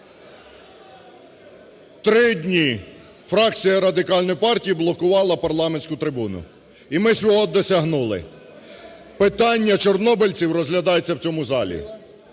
Три дні фракція Радикальної партії блокувала парламентську трибуну. І ми свого досягнули. Питання чорнобильців розглядається в цьому залі,